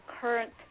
current